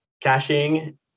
caching